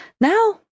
Now